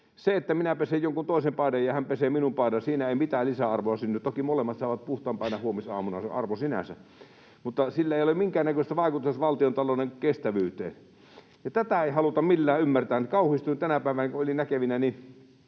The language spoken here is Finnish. Siinä, että minä pesen jonkun toisen paidan ja hän pesee minun paitani, ei mitään lisäarvoa synny. Toki molemmat saavat puhtaan paidan huomisaamuna, ja se on arvo sinänsä, mutta sillä ei ole minkäännäköistä vaikutusta valtiontalouden kestävyyteen. Tätä ei haluta millään ymmärtää. Kauhistuin tänä päivänä, kun olin näkevinäni